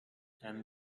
and